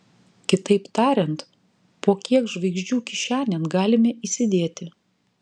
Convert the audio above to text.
kitaip tariant po kiek žvaigždžių kišenėn galime įsidėti